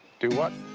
do what?